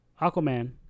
Aquaman